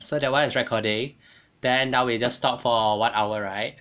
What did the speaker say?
so that [one] is recording then now we just talk for one hour right